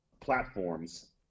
platforms